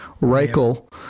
Reichel